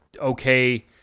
okay